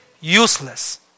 useless